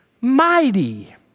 mighty